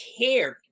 cared